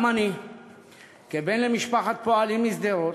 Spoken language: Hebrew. גם אני בן למשפחת פועלים, משדרות,